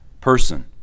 person